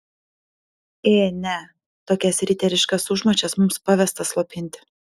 ė ne tokias riteriškas užmačias mums pavesta slopinti